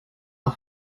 are